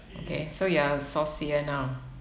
okay so you're saucier now